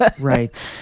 Right